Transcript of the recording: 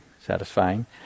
satisfying